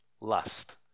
Lust